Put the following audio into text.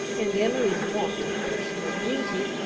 and emily's want of personal beauty,